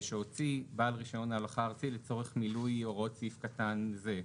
שהוציא בעל רישיון ההולכה הארצי לצורך מילוי הוראות סעיף קטן זה.